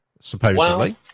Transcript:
supposedly